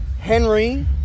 Henry